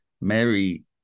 Mary